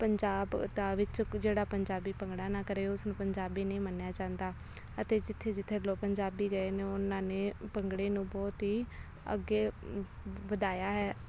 ਪੰਜਾਬ ਦਾ ਵਿੱਚ ਕ ਜਿਹੜਾ ਪੰਜਾਬੀ ਭੰਗੜਾ ਨਾ ਕਰੇ ਉਸਨੂੰ ਪੰਜਾਬੀ ਨਹੀਂ ਮੰਨਿਆ ਜਾਂਦਾ ਅਤੇ ਜਿੱਥੇ ਜਿੱਥੇ ਲੋਕ ਪੰਜਾਬੀ ਗਏ ਨੇ ਉਨ੍ਹਾਂ ਨੇ ਭੰਗੜੇ ਨੂੰ ਬਹੁਤ ਹੀ ਅੱਗੇ ਵਧਾਇਆ ਹੈ